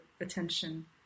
attention